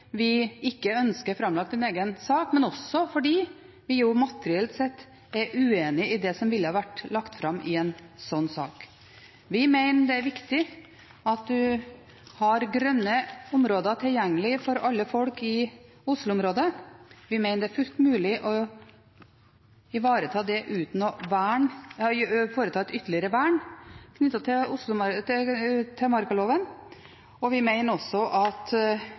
vi ikke ønsker framlagt en egen sak, men også fordi vi materielt sett er uenig i det som ville vært lagt fram i en slik sak. Vi mener det er viktig at en har grønne områder tilgjengelig for alle folk i Oslo-området, men vi mener det er fullt mulig å ivareta det uten å foreta et ytterligere vern knyttet til markaloven, og vi mener også at